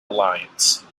alliance